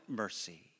mercy